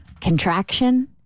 contraction